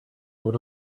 would